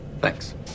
Thanks